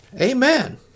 Amen